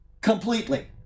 completely